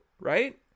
right